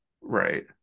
Right